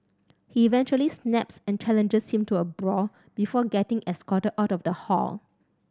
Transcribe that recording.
he eventually snaps and challenges him to a brawl before getting escorted out of the hall